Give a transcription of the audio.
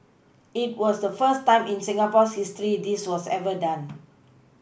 it was the first time in Singapore's history this was ever done